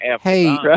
Hey